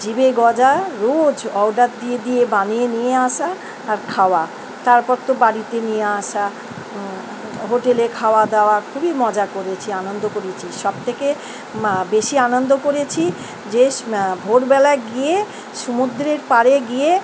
জিভে গজা রোজ অর্ডার দিয়ে দিয়ে বানিয়ে নিয়ে আসা আর খাওয়া তারপর তো বাড়িতে নিয়ে আসা হোটেলে খাওয়া দাওয়া খুবই মজা করেছি আনন্দ করেছি সবথেকে বেশি আনন্দ করেছি যে ভোরবেলা গিয়ে সমুদ্রের পাড়ে গিয়ে